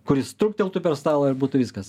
kuris trukteltų per stalą ir būtų viskas